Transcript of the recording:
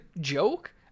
joke